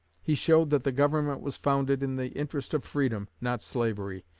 he showed that the government was founded in the interest of freedom, not slavery.